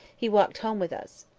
he walked home with us.